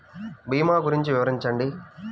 భీమా గురించి వివరించండి?